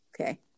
Okay